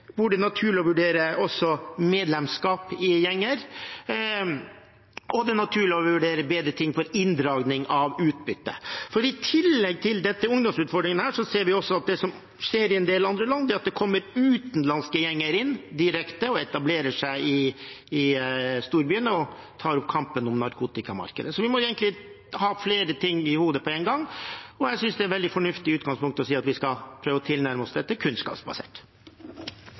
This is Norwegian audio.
hvor det er naturlig å vurdere også medlemskap i gjenger, og hvor det er naturlig å vurdere bedre mulighet for inndraging av utbytte. For i tillegg til disse ungdomsutfordringene ser vi at det som skjer i en del andre land, er at det kommer utenlandske gjenger direkte inn og etablerer seg i storbyene og tar opp kampen om narkotikamarkedet. Så vi må egentlig ha flere ting i hodet på én gang, og jeg synes det er et veldig fornuftig utgangspunkt å si at vi skal prøve å tilnærme oss dette kunnskapsbasert.